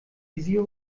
visier